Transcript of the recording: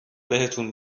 بهتون